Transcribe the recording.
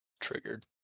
triggered